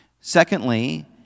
Secondly